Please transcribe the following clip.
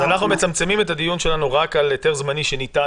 אנחנו מצמצמים את הדיון שלנו רק על היתר זמני שניתן